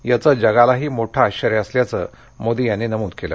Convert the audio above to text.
याचं जगालाही मोठं आश्चर्य असल्याचं मोदी यांनी नमृद केलं